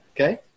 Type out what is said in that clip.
Okay